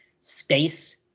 space